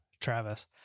Travis